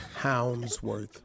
Houndsworth